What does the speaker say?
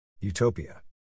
Utopia